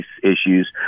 issues